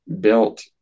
built